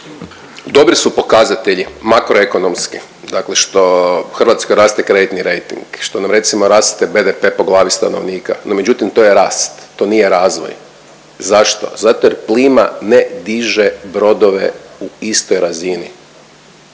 Dobri su pokazatelji makroekonomski dakle što u Hrvatskoj raste kreditni rejting, što nam recimo, raste BDP po glavi stanovnika, no međutim, to je rast. To nije razvoj. Zašto? Zato jer plima ne diže brodove u istoj razini.